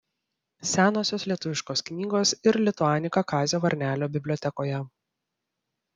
senosios lietuviškos knygos ir lituanika kazio varnelio bibliotekoje